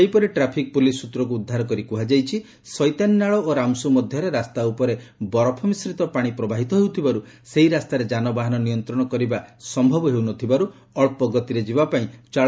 ସେହିପରି traffic police ସ୍ତ୍ରକୁ ଉଦ୍ଧାର କରି କୁହାଯାଇଛି ସଇତାନି ନାଳ ଓ ରାମସୁ ମଧ୍ୟରେ ରାସ୍ତା ଉପରେ ବରଫ ମିଶ୍ରିତ ପାଣି ପ୍ରବାହିତ ହେଉଥିବାରୁ ସେହି ରାସ୍ତାରେ ଯାନବାହନ ନିୟନ୍ତ୍ରଣ କରିବା ସମ୍ଭବ ହେଉନଥିବାରୁ ଅଞ୍ଚଗତିରେ ଯିବା ପାଇଁ ଚାଳକମାନଙ୍କୁ ସ୍ୱଚନା ଦିଆଯାଇଛି